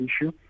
issue